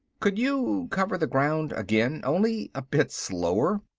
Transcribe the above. could you cover the ground again only a bit slower?